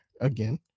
again